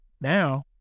Now